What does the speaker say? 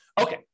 Okay